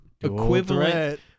equivalent